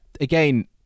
again